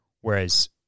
whereas